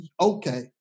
Okay